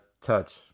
Touch